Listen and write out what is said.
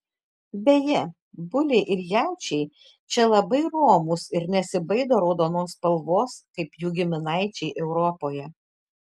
beje buliai ir jaučiai čia labai romūs ir nesibaido raudonos spalvos kaip jų giminaičiai europoje